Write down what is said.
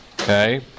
Okay